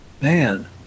man